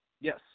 Yes